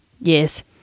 yes